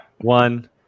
one